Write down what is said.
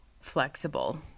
flexible